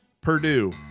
Purdue